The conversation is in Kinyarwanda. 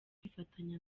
kwifatanya